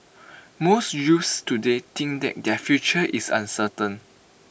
most youths today think that their future is uncertain